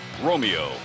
Romeo